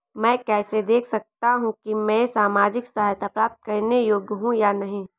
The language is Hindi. मैं कैसे देख सकता हूं कि मैं सामाजिक सहायता प्राप्त करने योग्य हूं या नहीं?